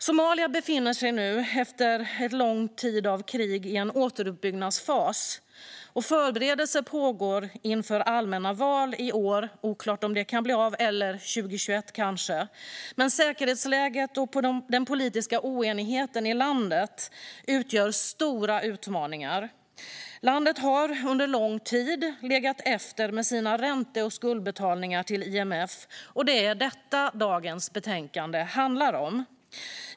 Somalia befinner sig nu, efter en lång tid av krig, i en återuppbyggnadsfas, och förberedelser pågår inför allmänna val i år. Det är oklart om dessa kan bli av, kanske 2021. Säkerhetsläget och den politiska oenigheten i landet utgör stora utmaningar. Landet har under lång tid legat efter med sina ränte och skuldbetalningar till IMF, och det är detta som dagens betänkande handlar om.